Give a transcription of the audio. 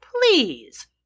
Please